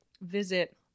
visit